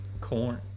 corn